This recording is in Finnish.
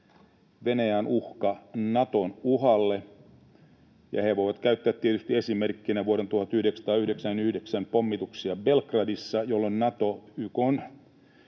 Venäjä on uhka Naton uhalle. Ja he voivat käyttää tietysti esimerkkinä vuoden 1999 pommituksia Belgradissa, jolloin Nato YK:n